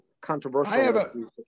controversial